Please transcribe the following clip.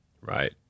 right